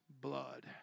blood